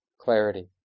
clarity